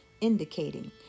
indicating